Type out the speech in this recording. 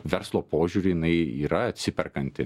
verslo požiūriu jinai yra atsiperkanti